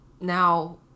now